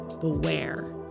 beware